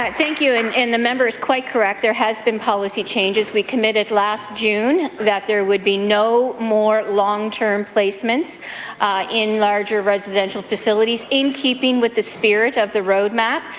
ah thank you. and the member is quite correct, there has been policy changes. we committed last june that there would be no more long-term placements in larger residential facilities, in keeping with the spirit of the roadmap,